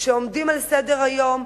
שעומדים על סדר-היום,